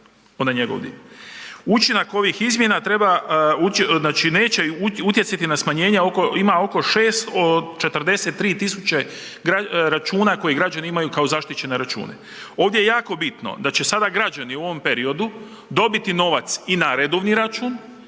treba ući, znači neće utjecati na smanjenje oko, ima oko 643 tisuće računa koji građani imaju kao zaštićene račune. Ovdje je jako bitno da će sada građani u ovom periodu dobiti novac i na redovni račun